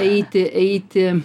eiti eiti